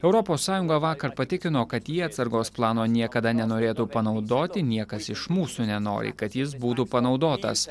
europos sąjunga vakar patikino kad jie atsargos plano niekada nenorėtų panaudoti niekas iš mūsų nenori kad jis būtų panaudotas